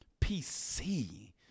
PC